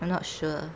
I'm not sure